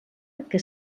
que